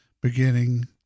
beginning